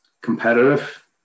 competitive